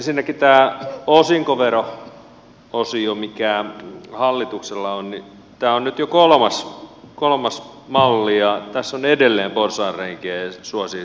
ensinnäkin tämä osinkovero osio mikä hallituksella on on nyt jo kolmas malli ja tässä on edelleen porsaanreikiä ja se suosii suurituloisia